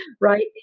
right